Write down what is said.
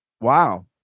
Wow